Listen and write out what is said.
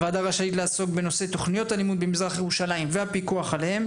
הוועדה רשאית לעסוק בנושא: תכניות הלימודים במזרח ירושלים והפיקוח עליהן